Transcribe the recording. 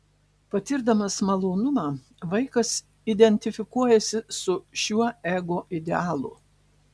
patirdamas malonumą vaikas identifikuojasi su šiuo ego idealu